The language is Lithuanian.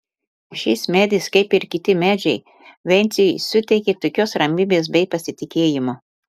šis medis kaip ir kiti medžiai venciui suteikia tokios ramybės bei pasitikėjimo